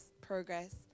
progress